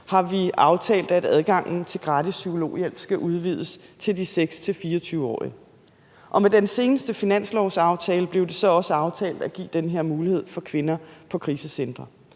har vi aftalt, at adgangen til gratis psykologhjælp skal udvides til de 6-24-årige. Og med den seneste finanslovsaftale blev det så også aftalt at give den her mulighed for kvinder på krisecentre.